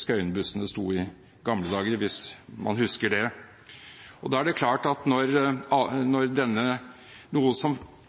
Schøyen-bussene sto i gamle dager, hvis man husker det. Når det er